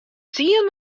tsien